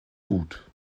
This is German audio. gut